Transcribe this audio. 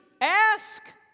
Ask